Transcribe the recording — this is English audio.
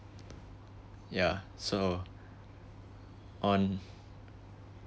ya so on